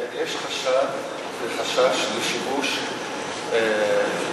יש חשד וחשש לשיבוש ראיות על-ידי